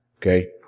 Okay